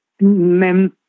Même